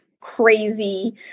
crazy